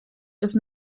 dros